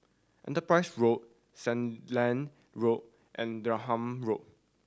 Enterprise Road Sandilands Road and Denham Road